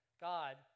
God